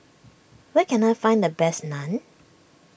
where can I find the best Naan